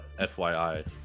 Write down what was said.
FYI